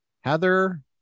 Heather